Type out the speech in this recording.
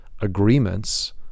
agreements